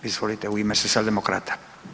Izvolite u ime Socijaldemkrata.